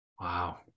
Wow